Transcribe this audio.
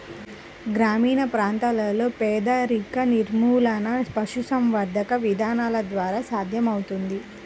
గ్రామీణ ప్రాంతాలలో పేదరిక నిర్మూలన పశుసంవర్ధక విధానాల ద్వారా సాధ్యమవుతుంది